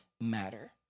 matter